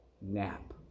nap